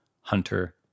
Hunter